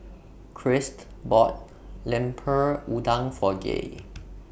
Christ bought Lemper Udang For Gay